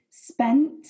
spent